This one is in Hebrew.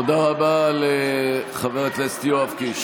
תודה רבה לחבר הכנסת יואב קיש.